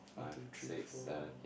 one two three four